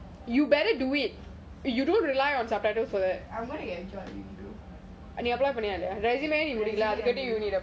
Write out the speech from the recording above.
I'm gonna enjoy resume